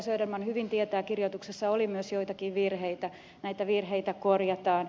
söderman hyvin tietää kirjoituksessa oli myös joitakin virheitä virheitä korjataan